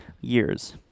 years